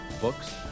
books